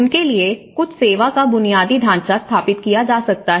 उनके लिए कुछ सेवा का बुनियादी ढांचा स्थापित किया जा सकता है